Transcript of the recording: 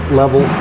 level